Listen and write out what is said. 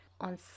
on